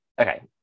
okay